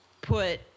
put